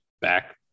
back